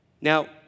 Now